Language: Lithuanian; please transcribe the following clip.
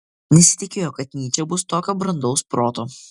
nesitikėjo kad nyčė bus tokio brandaus proto